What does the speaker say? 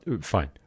fine